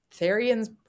therian's